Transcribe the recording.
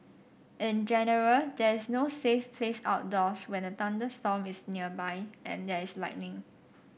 in general there is no safe place outdoors when a thunderstorm is nearby and there is lightning